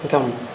ఇంకా